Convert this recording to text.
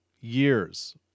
years